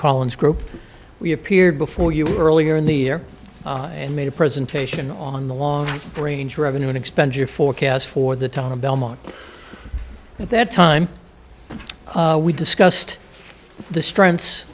collins group we appeared before you earlier in the year and made a presentation on the long range revenue and expenditure forecast for the town of belmont at that time we discussed the strengths